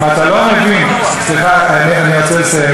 אם אתה לא מבין, סליחה, אני רוצה לסיים.